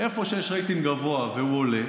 איפה שיש רייטינג גבוה והוא עולה,